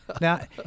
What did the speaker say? Now